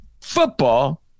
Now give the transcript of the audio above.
football